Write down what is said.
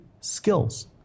skills